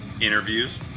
interviews